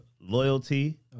loyalty